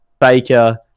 Baker